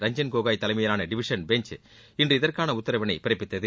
ரஞ்சன் கோகாய் தலைமையிலான division bench இன்று இதற்கான உத்தரவினை பிறப்பித்தது